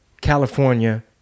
California